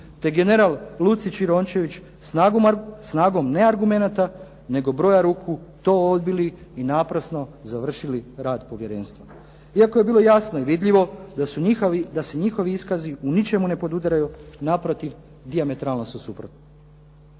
te general Lucić i Rončević snagom ne argumenata, nego broja ruku to odbili i naprosto završili rad povjerenstva iako je bilo jasno i vidljivo da se njihovi iskazi ni po čemu ne podudaraju, naprotiv dijametralno su suprotni.